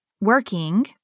working